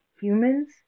humans